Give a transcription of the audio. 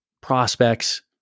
prospects